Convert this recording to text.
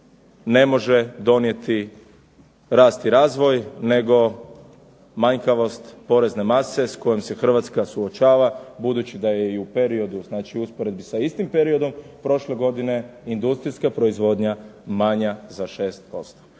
ne može donijeti rast i razvoj nego manjkavost porezne mase s kojom se Hrvatska suočava, budući da je u periodu u usporedbi s istim periodom prošle godine industrijska proizvodnja manja za 6%.